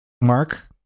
Mark